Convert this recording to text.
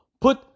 put